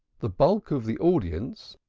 the bulk of the audience,